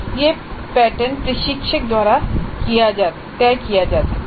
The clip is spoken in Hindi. यह पैटर्न प्रशिक्षक द्वारा तय किया जाता है